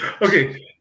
Okay